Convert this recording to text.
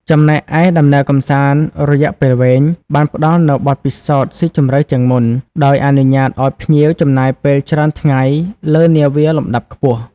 ចំណែកឯ ដំណើរកម្សាន្តរយៈពេលវែង បានផ្តល់នូវបទពិសោធន៍ស៊ីជម្រៅជាងមុន ដោយអនុញ្ញាតឲ្យភ្ញៀវចំណាយពេលច្រើនថ្ងៃលើនាវាលំដាប់ខ្ពស់។